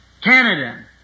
Canada